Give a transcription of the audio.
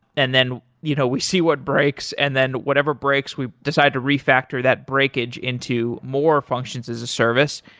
and then you know we see what breaks. and then whatever breaks, we decide to refactor that breakage into more functions as a service.